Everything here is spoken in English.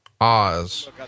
Oz